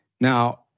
Now